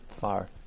far